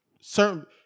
certain